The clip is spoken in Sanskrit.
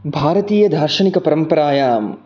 भारतीय दार्शनिकपरम्परायाम्